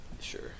Sure